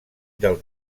del